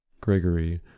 Gregory